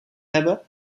hebben